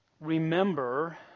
remember